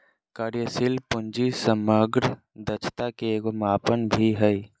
कार्यशील पूंजी समग्र दक्षता के एगो मापन भी हइ